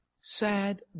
Sad